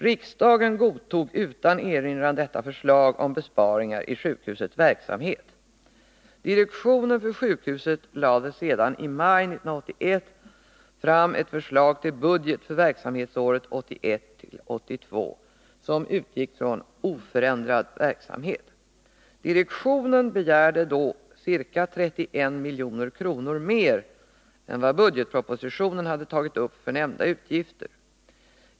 Riksdagen godtog utan erinran detta förslag om besparingar i sjukhusets verksamhet. Direktionen för sjukhuset lade sedan i maj 1981 fram ett förslag till budget för verksamhetsåret 1931/82, som utgick från oförändrad verksamhet. Direktionen begärde då ca 31 milj.kr. mer än vad budgetpropositionen hade tagit upp för nämnda utgifter.